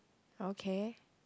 okay